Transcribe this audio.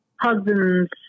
husband's